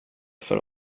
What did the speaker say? för